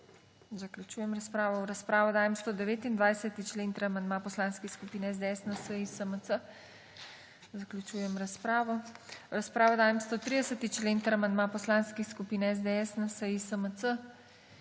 Zaključujem razpravo. V razpravo dajem 146. člen ter amandma poslanskih skupin SDS, NSi, SMC. Zaključujem razpravo. V razpravo dajem 150. člen ter amandma poslanskih skupin SDS, NSi, SMC.